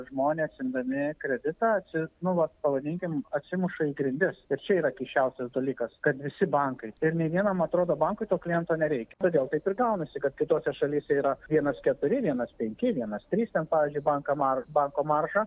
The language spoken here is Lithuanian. žmonės imdami kreditą čia nu vat pavadinkim atsimuša į grindis kas čia yra keisčiausias dalykas kad visi bankai tai ir nei vienam atrodo bankui to kliento nereikia todėl taip ir gaunasi kad kitose šalyse yra vienas keturi vienas penki vienas trys ten pavyzdžiui banka mar banko marža